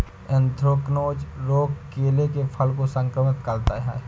anthracnose रोग केले के फल को संक्रमित करता है